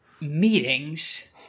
meetings